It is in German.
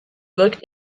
wirkte